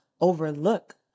overlook